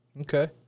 Okay